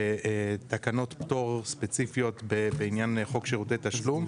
בתקנות פטור ספציפיות בעניין חוק שירותי תשלום,